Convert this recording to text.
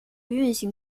运行